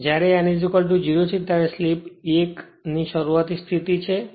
અને જ્યારે n 0 છે ત્યારે સ્લિપ 1 ની શરૂઆતી સ્થિર સ્થિતી છે